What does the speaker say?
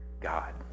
God